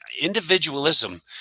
individualism